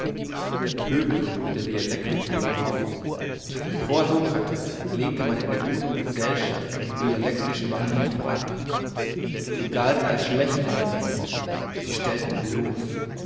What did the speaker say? der pöbel kommt mit der dialektik obenauf vor sokrates lehnte man in der guten gesellschaft die dialektischen manieren ab sie galten als schlechte manieren sie stellten bloss